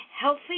healthy